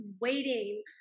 waiting